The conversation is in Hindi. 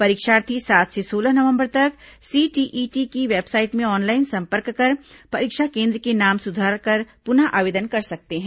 परीक्षार्थी सात से सोलह नवंबर तक सीटीईटी की वेबसाइट में ऑनलाइन संपर्क कर परीक्षा केन्द्र के नाम सुधारकर पुनः आवेदन कर सकते हैं